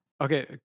Okay